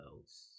else